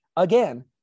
Again